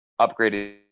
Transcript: upgraded